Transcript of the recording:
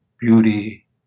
beauty